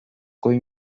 goi